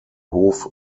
hof